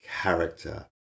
character